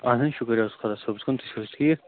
اَہَن حظ شُکُر حظ خُدا صٲبَس کُن تُہۍ چھِو حظ ٹھیٖک